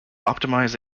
optimize